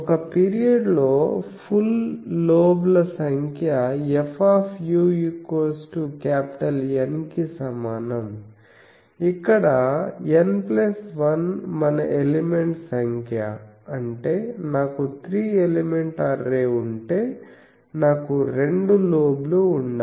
ఒక పీరియడ్ లో ఫుల్ లోబ్ల సంఖ్య F N కి సమానం ఇక్కడ N1 మన ఎలిమెంట్ సంఖ్య అంటే నాకు త్రి ఎలిమెంట్ అర్రే ఉంటే నాకు రెండు లోబ్లు ఉండాలి